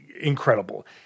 incredible